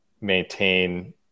maintain